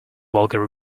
vulgar